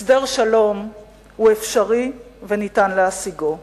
הסדר שלום הוא אפשרי וניתן להשיגו .